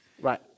Right